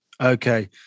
Okay